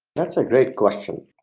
that's a great question.